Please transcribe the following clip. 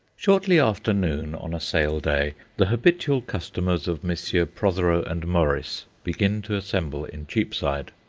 shortly after noon on a sale day, the habitual customers of messrs. protheroe and morris begin to assemble in cheapside.